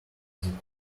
visited